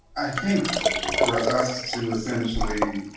i think for us to essentially